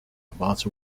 about